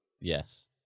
Yes